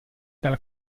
dalla